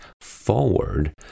forward